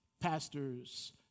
pastors